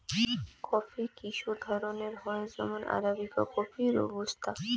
coffee কিসু ধরণের হই যেমন আরাবিকা কফি, রোবুস্তা